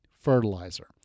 Fertilizer